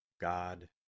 God